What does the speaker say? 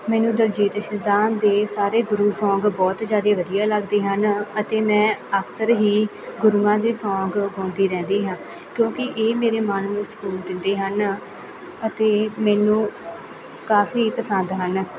ਮੈਨੂੰ ਦਿਲਜੀਤ ਦੋਸਾਂਝ ਦੇ ਸਾਰੇ ਗੁਰੂ ਸੌਂਗ ਬਹੁਤ ਜ਼ਿਆਦਾ ਵਧੀਆ ਲੱਗਦੇ ਹਨ ਅਤੇ ਮੈਂ ਅਕਸਰ ਹੀ ਗੁਰੂਆਂ ਦੇ ਸੌਂਗ ਗਾਉਂਦੀ ਰਹਿੰਦੀ ਹਾਂ ਕਿਉਂਕਿ ਇਹ ਮੇਰੇ ਮਨ ਨੂੰ ਸਕੂਨ ਦਿੰਦੇ ਹਨ ਅਤੇ ਮੈਨੂੰ ਕਾਫ਼ੀ ਪਸੰਦ ਹਨ